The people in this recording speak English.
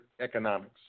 Economics